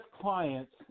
clients